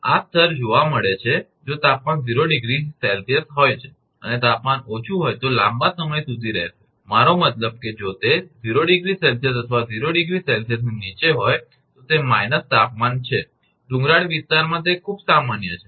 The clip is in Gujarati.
આ સ્તર જોવા મળે છે જો તાપમાન 0° 𝐶 હોય છે અને તાપમાન ઓછું હોય તો લાંબા સમય સુધી રહેશે મારો મતલબ કે જો તે 0° 𝐶 અથવા 0° 𝐶 ની નીચે હોય તો તે માઇનસ તાપમાન છે ડુંગરાળ વિસ્તાર જે ખૂબ સામાન્ય છે